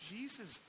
Jesus